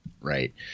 Right